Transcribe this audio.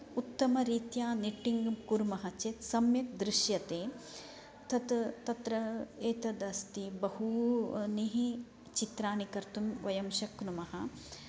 उत्तमरीत्या निट्टिङ्ग् कुर्मः चेत् सम्यक् दृश्यते तत् तत्र एतद् अस्ति बहूनि चित्राणि वयं शक्नुमः